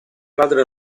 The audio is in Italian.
padre